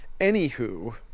anywho